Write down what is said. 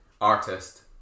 artist